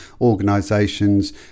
organisations